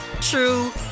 true